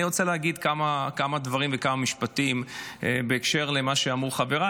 אני רוצה להגיד כמה דברים וכמה משפטים בקשר למה שאמרו חבריי,